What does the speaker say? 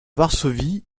varsovie